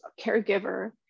caregiver